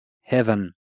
heaven